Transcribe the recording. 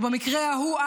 או במקרה ההוא,